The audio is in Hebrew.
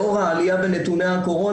לאור העלייה בנתוני הקורונה,